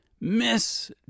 Miss